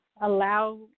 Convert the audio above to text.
allow